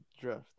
draft